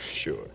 Sure